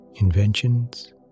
inventions